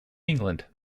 england